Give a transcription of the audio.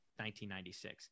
1996